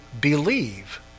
believe